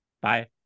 bye